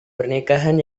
pernikahan